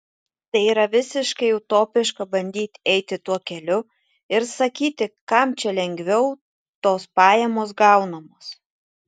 tai yra visiškai utopiška bandyti eiti tuo keliu ir sakyti kam čia lengviau tos pajamos gaunamos